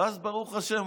ואז ברוך השם,